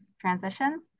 transitions